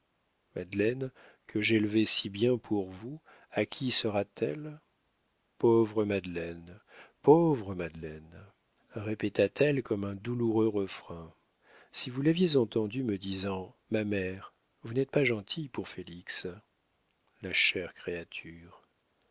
madeleine que j'élevais si bien pour vous à qui sera-t-elle pauvre madeleine pauvre madeleine répéta-t-elle comme un douloureux refrain si vous l'aviez entendue me disant ma mère vous n'êtes pas gentille pour félix la chère créature